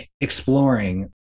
exploring